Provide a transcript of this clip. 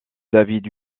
david